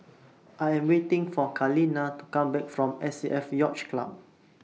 I Am waiting For Kaleena to Come Back from S A F Yacht Club